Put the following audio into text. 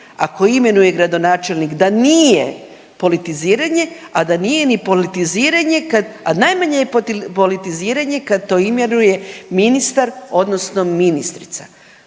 ako imenuje gradonačelnik da nije politiziranje, a da nije ni politiziranje, a najmanje je politiziranje kad to imenuje ministar odnosno ministrica.